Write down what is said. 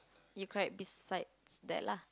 you cried besides that lah